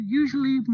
usually